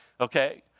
Okay